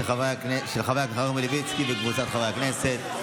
של חבר הכנסת חנוך מלביצקי וקבוצת חברי הכנסת.